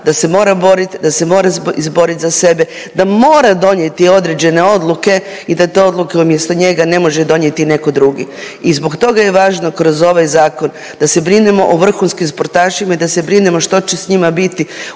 da se mora borit, da se mora izborit za sebe, da mora donijeti određene odluke i da te odluke umjesto njega ne može donijeti neko drugi. I zbog toga je važno kroz ovaj zakon da se brinemo o vrhunskim sportašima i da se brinemo što će s njima biti